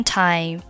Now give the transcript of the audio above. time